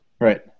Right